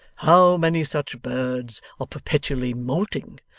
how many sich birds are perpetually moulting,